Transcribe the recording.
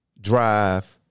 drive